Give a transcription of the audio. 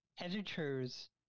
editors